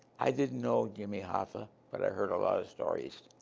i didn't know jimmy hoffa. but i heard a lot of stories.